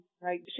right